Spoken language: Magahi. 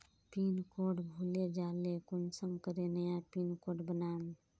पिन कोड भूले जाले कुंसम करे नया पिन कोड बनाम?